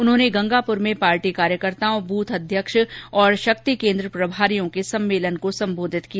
उन्होंने गंगापुर में पार्टी कार्यकर्ताओं ब्रथ अध्यक्ष और शक्ति केंद्र प्रभारियों के सम्मेलन को संबोधित किया